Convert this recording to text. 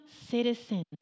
citizens